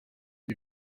het